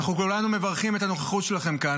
אנחנו כולנו מברכים את הנוכחות שלכם כאן.